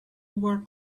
work